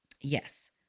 Yes